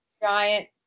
Giant